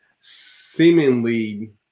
seemingly